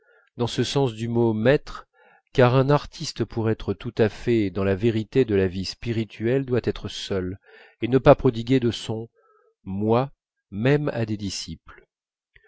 dans ce sens du mot maître car un artiste pour être tout à fait dans la vérité de la vie spirituelle doit être seul et ne pas prodiguer de son moi même à des disciples